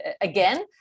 again